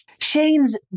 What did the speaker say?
Shane's